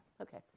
Okay